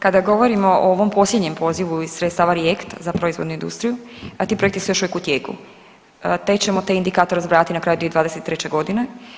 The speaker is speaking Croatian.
Kada govorimo o ovom posljednjem pozivu iz sredstava REACT za proizvodnu industriju, a ti projekti su još uvijek u tijeku te ćemo te indikatore zbrajati na kraju 2023. godine.